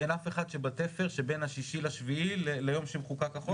אין אף אחד שבתפר שבין ה-6 ל-7 ליום שמחוקק החוק?